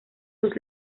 sus